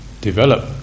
develop